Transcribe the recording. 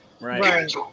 Right